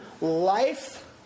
life